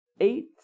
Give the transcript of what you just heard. eight